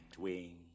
wing